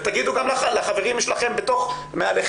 ותגידו גם לחברים שלכם מעליכם,